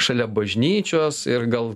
šalia bažnyčios ir gal